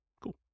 Cool